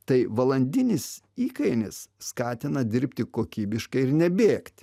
tai valandinis įkainis skatina dirbti kokybiškai ir nebėgt